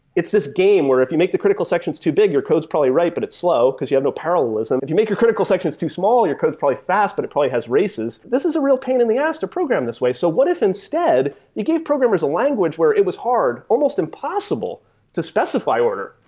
it's this game where if you make the critical sections too big, your code is probably right, but it's slow because you have no parallelism. if you make your critical sections too small, your code is probably fast, but it probably has races. this is a real pain in the ass to program this way. so what if instead you gave programmers a language where it was hard almost impossible to specify order?